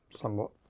somewhat